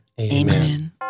Amen